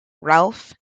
ralph